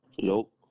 nope